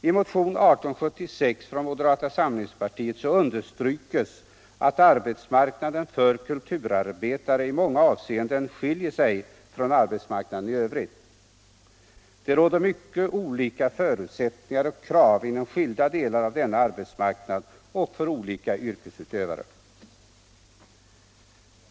I motionen 1876 från moderata samlingspartiet understryks att arbetsmarknaden för kulturarbetare i många avseenden skiljer sig från arbetsmarknaden i övrigt. Det råder mycket olika förutsättningar och krav inom skilda delar av denna arbetsmarknad och för olika yrkesutövare.